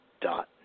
dot